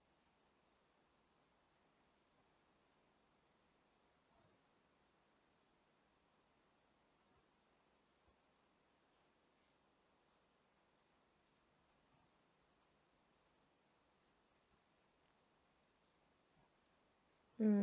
mm